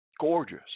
Gorgeous